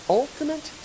ultimate